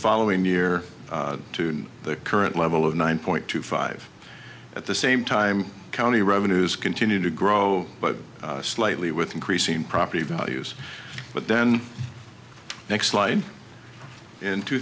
following year to the current level of nine point two five at the same time county revenues continue to grow but slightly with increasing property values but then next line in two